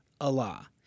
Allah